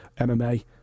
MMA